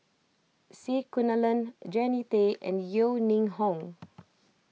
C Kunalan Jannie Tay and Yeo Ning Hong